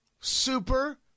Super